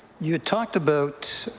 you talked about